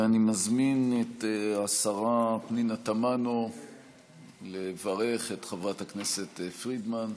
אני מזמין את השרה פנינה תמנו לברך את חברת הכנסת פרידמן.